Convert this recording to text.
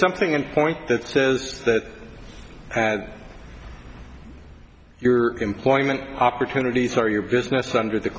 something in point that says that that your employment opportunities are your business under the